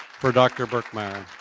for dr. birkemeier.